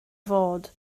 fod